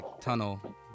tunnel